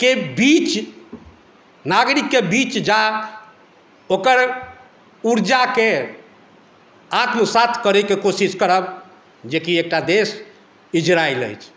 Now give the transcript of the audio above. के बीच नागरिकके बीच जा ओकर ऊर्जाके आत्मसात करैके कोशिश करब जेकि एकटा देश इजरायल अछि